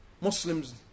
Muslims